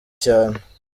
cyane